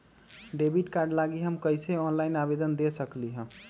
Debit card लागी हम कईसे ऑनलाइन आवेदन दे सकलि ह?